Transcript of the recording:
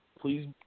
Please